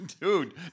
Dude